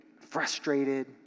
frustrated